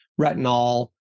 retinol